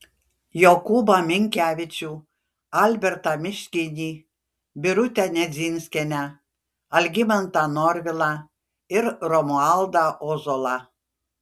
jokūbą minkevičių albertą miškinį birutę nedzinskienę algimantą norvilą ir romualdą ozolą